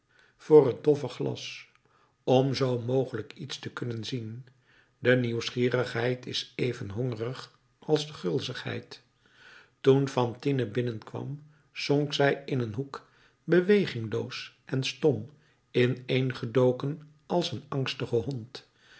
voor het doffe glas om zoo mogelijk iets te kunnen zien de nieuwsgierigheid is even hongerig als de gulzigheid toen fantine binnenkwam zonk zij in een hoek bewegingloos en stom ineengedoken als een angstige hond